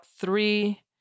three